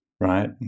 right